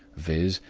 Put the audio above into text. viz.